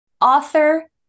Author